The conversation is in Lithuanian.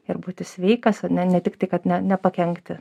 ir būti sveikas ane ne tiktai kad nepakenkti